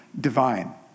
divine